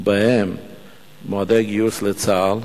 ובהם מועדי גיוס לצה"ל,